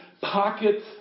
pockets